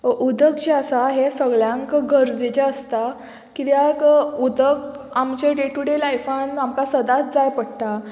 उदक जें आसा हें सगल्यांक गरजेचें आसता किद्याक उदक आमचे डे टूडे लायफान आमकां सदांच जाय पडटा